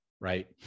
right